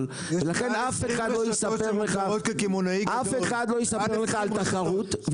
------- ולכן אף אחד לא יספר לך על תחרות,